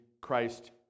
Christ